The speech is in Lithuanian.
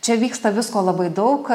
čia vyksta visko labai daug